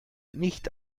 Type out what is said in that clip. nicht